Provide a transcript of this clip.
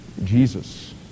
Jesus